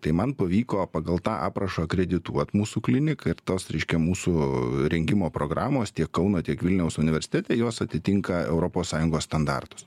tai man pavyko pagal tą aprašą kredituot mūsų kliniką ir tos reiškia mūsų rengimo programos tiek kauno tiek vilniaus universitete jos atitinka europos sąjungos standartus